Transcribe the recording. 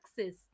access